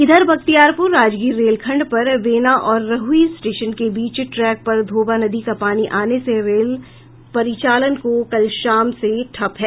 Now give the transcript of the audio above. इधर बख्तियारपुर राजगीर रेलखंड पर वेना और रहुई स्टेशन के बीच ट्रैक पर धोबा नदी का पानी आने से रेल परिचालन कल शाम से ठप है